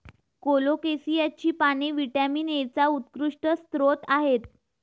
कोलोकेसियाची पाने व्हिटॅमिन एचा उत्कृष्ट स्रोत आहेत